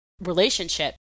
relationship